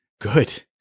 good